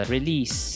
Release